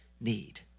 need